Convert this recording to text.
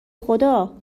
خدا